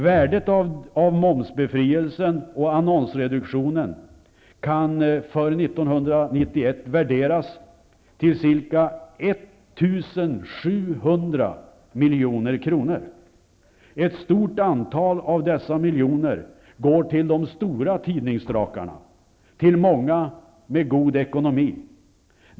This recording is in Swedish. Värdet av momsbefrielsen och annonsreduktionen kan för 1991 uppskattas till ca 1 700 milj.kr. Ett stort antal av dessa miljoner går till de stora tidningsdrakarna, till många tidningar med god ekonomi.